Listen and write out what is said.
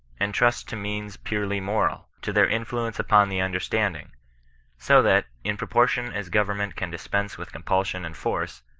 and trust to means purely moral, to their influence upon the understanding so that, in propor tion as government can dispense with compulsion and force,